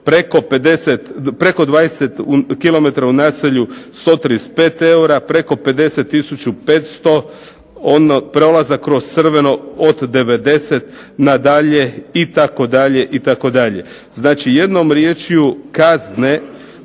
preko 20 km u naselju 135 eura, preko 50 1500, prolazak kroz crveno od 90 nadalje itd. Znači jednom riječju kazne